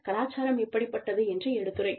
கலாச்சாரம் எப்படிப்பட்டது என்று எடுத்துரைக்கும்